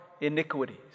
iniquities